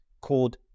called